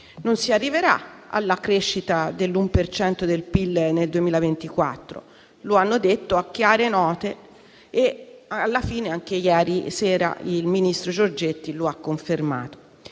Non si arriverà alla crescita dell'1 per cento del PIL nel 2024: lo hanno detto a chiare note e alla fine, anche ieri sera, il ministro Giorgetti lo ha confermato.